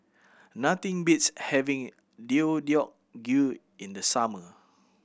nothing beats having Deodeok Gui in the summer